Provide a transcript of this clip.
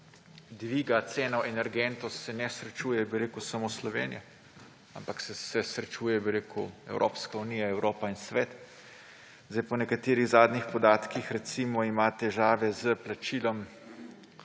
dviga ceno energentov se ne srečuje samo Slovenija, ampak se srečuje Evropska unija, Evropa in svet. Po nekaterih zadnjih podatkih, recimo, ima težave s plačilom